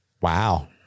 Wow